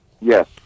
Yes